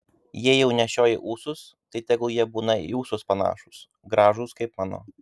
jei jau nešioji ūsus tai tegul jie būna į ūsus panašūs gražūs kaip mano